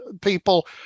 people